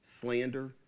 slander